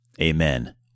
Amen